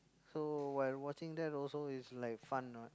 so while watching that also is like fun what